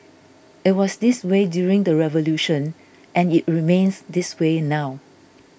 it was this way during the revolution and it remains this way now